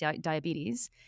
diabetes